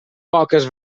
poques